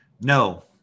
no